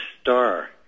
star